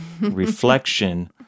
reflection